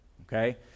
Okay